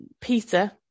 Peter